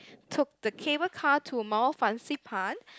took the cable car to Mount Fansipan